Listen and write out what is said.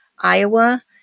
Iowa